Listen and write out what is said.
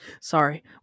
Sorry